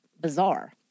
bizarre